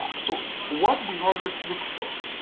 ah sort of what we always look for